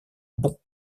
bon